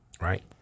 Right